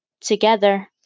together